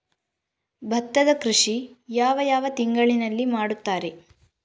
ಭತ್ತದ ಕೃಷಿ ಯಾವ ಯಾವ ತಿಂಗಳಿನಲ್ಲಿ ಮಾಡುತ್ತಾರೆ?